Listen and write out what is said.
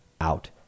out